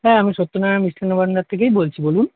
হ্যাঁ আমি সত্য নারায়ণ মিষ্টান্ন ভাণ্ডার থেকেই বলছি বলুন